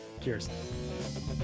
cheers